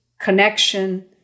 connection